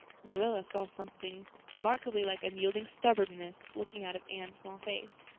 marilla saw something remarkably like unyielding stubbornness looking out of anne's small face.